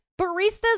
baristas